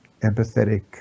empathetic